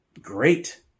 great